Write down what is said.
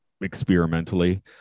experimentally